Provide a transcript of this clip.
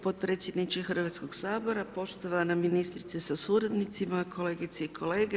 Potpredsjedniče Hrvatskoga sabora, poštovana ministrice sa suradnicima, kolegice i kolege!